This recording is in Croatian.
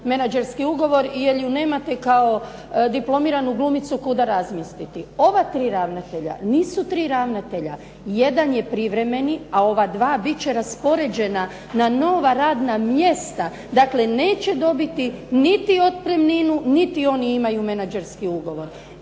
menadžerski ugovor jer ju nemate kao diplomiranu glumicu kuda razmjestiti. Ova tri ravnatelja nisu ravnatelja, jedan je privremeni, a ova dva biti će raspoređena na nova radna mjesta, znači neće dobiti niti otpremninu niti imaju menadžerski ugovor,